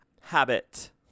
habit